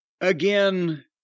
Again